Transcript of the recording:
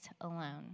alone